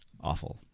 Awful